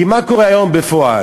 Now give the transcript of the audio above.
כי מה קורה היום בפועל?